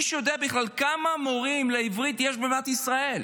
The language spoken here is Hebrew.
מישהו יודע בכלל כמה מורים לעברית יש במדינת ישראל?